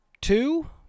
two